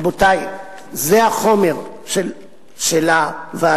רבותי, זה החומר של הוועדה,